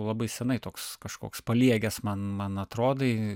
labai senai toks kažkoks paliegęs man man atrodai